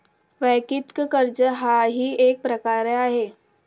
वैयक्तिक कर्ज हाही एक प्रकार आहे